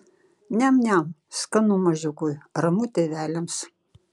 niam niam skanu mažiukui ramu tėveliams